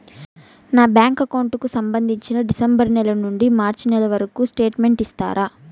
నా bank account కు సంబంధించి డిసెంబరు నెల నుండి మార్చి నెలవరకు స్టేట్మెంట్ ఇస్తారా?